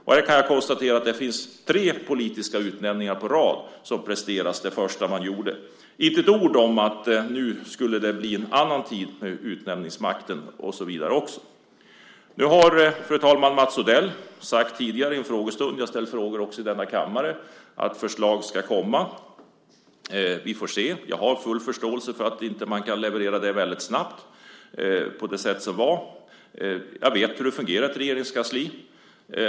Nu kan jag konstatera att det har gjorts tre politiska utnämningar i rad som presterades som det första man gjorde - inte ett ord om att det nu skulle bli en annan tid vad gällde utnämningsmakten. Fru talman! Mats Odell har tidigare sagt i en frågestund - jag har också tidigare ställt frågor i denna kammare - att förslag ska komma. Vi får se. Jag har full förståelse för att man inte kan leverera det så snabbt. Jag vet hur det fungerar i ett regeringskansli.